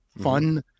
fun